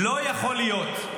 לא יכול להיות,